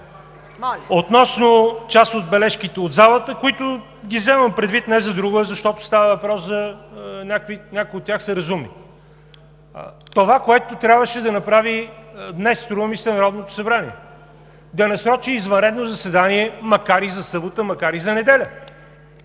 Относно част от бележките от залата, които вземам предвид не за друго, а защото някои от тях са разумни. Това, което трябваше да направи днес, струва ми се, Народното събрание – да насрочи извънредно заседание, макар и за събота, макар и за неделя;